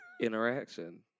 Interaction